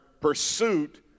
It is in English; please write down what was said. pursuit